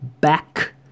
back